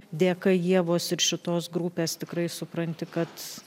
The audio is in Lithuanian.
dėka ievos ir šitos grupės tikrai supranti kad